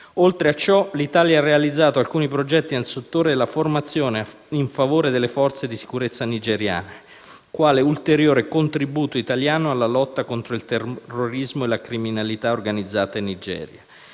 Oltre a ciò, l'Italia ha realizzato alcuni progetti nel settore della formazione in favore delle forze di sicurezza nigeriane, quale ulteriore contributo italiano alla lotta contro il terrorismo e la criminalità organizzata in Nigeria.